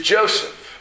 Joseph